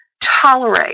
tolerate